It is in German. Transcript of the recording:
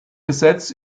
gesetz